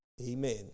Amen